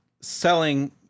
selling